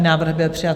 Návrh byl přijat.